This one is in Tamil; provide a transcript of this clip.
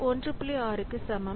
6 க்கு சமம்